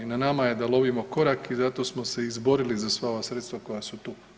Na nama je da lovimo korak i zato smo se izborili za sva ova sredstva koja su tu.